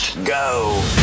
Go